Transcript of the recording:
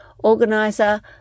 organizer